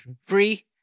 free